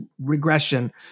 regression